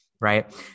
right